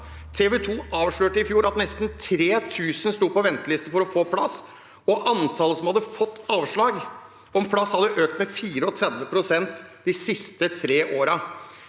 TV 2 avslørte i fjor at nesten 3 000 sto på venteliste for å få plass, og antallet som hadde fått avslag på søknad om plass, hadde økt med 34 pst. de siste tre årene.